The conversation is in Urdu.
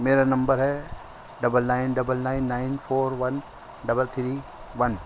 میرا نمبر ہے double nine double nine nine four one double three one